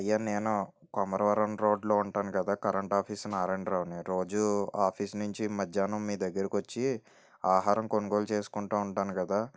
అయ్యా నేను కొమరవరం రోడ్లో ఉంటాను కదా కరెంట్ ఆఫీస్ నారాణరావుని రోజు ఆఫీస్ నుంచి మధ్యాహ్నం మీ దగ్గరకి వచ్చి ఆహారం కొనుగోలు చేసుకుంటు ఉంటాను కదా